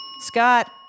Scott